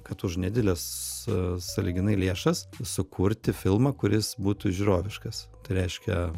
kad už nedideles sąlyginai lėšas sukurti filmą kuris būtų žiūroviškas tai reiškia